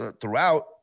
throughout